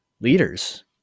leaders